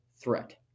threat